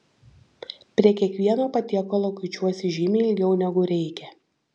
prie kiekvieno patiekalo kuičiuosi žymiai ilgiau negu reikia